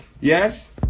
Yes